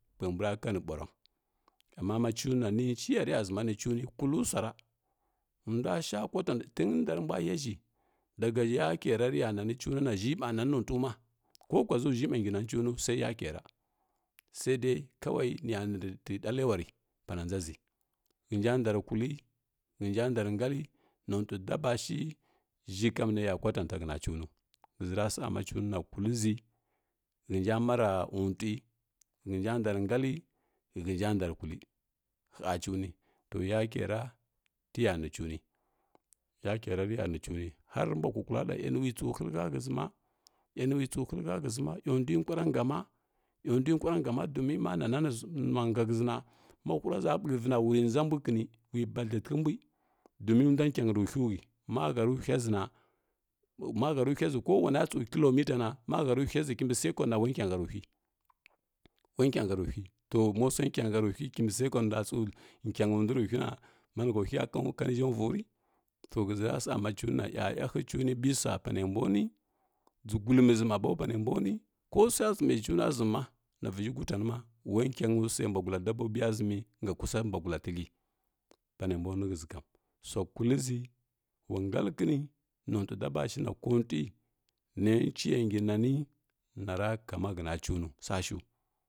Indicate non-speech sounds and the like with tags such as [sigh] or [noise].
[unintelligible] amma ma cunə na nə ciya rə ya ʒəma ni kulləghə swara ndwa sha tənda rə mbwa ya ʒhi daga yakə ra rəya nanə cunə na ʒhi ma nanə nonto ma ko kwa ʒoo ʒhi ma gi nanə cuno sai yakəra sai dai nə ya nəghə ta ɗaləwary nə ya nə pana ndʒaʒə hənja ndarə kullə, hənja darəm ngallə nontə dabo shi ʒhi kam nə ga kwatanta həna cuno həʒəra sa ma cunə na kullə ʒi hənja mara untəgha hənja ndarə ngallə hənja ndarə kullə ha cuni to yakə ra tə ya ni cuni ha rəghə mbwa kukula ɗa na əyi nə wi tso hətha həsəma əyindwi kwara nha əyindwi kwara nha ma domi ma kwara nanə ʒə nə nwa nha na həʒʒ nə nwa nha həʒəna ma hura ʒa’məlvəna wuri ndʒa mbwi kəni wibadləntəghə mbwi domin ndwi kiany rə hiuwi ma harə hiuwa ʒəna-ma harə hiiwa ʒə ko wana tsʒo nə killomitana ma harə hiuwa ʒa ko kinbi səcon na wa kian ha rə hiuwi wai kian ha və hiuwi, to mo swai kian ha ral hiuwai kimbi səxon ndwa tsəo kiang nduro və səconna ma nə ha hiwiya ka nə ka mvo rə to həʒəra ma cunə na iya-iye həghə cuni bija pa nə mbw nwi dʒə gulməʒi ma bo pa nə mbw nwi ko swa ʒəmə cuna ʒəma na vəʒhə gutanə ma wa kiang swai mbwa gullə dabobiya ʒəmy ga kusa mbwa gula tʃdliə panə mbw nuji həʒə kam, swa kullo ʒi wa ngalli kəni nutə daba shi na kontəghə nə ciya ngi nang nara koma həna cuno swa shəu.